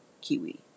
kiwi